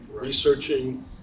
researching